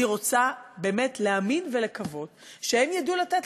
אני רוצה באמת להאמין ולקוות שהם ידעו לתת